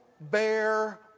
bear